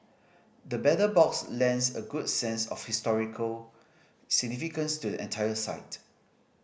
the Battle Box lends a good sense of historical significance to the entire site